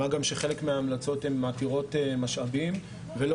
מה גם שחלק מההמלצות הן עתירות משאבים ולא